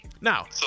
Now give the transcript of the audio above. now